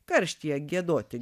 karštyje giedoti